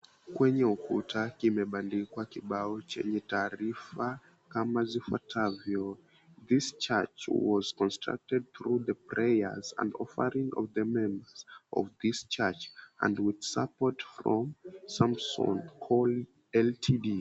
Kwney ukuta kimebandikwa kibao chenye taarifa kama zifuatavyo" THIS CHURCH WAS CONSTRUCTED THROUGH THE PRAYERS AND OFFERINGS OF THE MEMBERS OF THIS CHURCH AND WITH SUPPORT FROM SAMSOOSAN CO. LTD."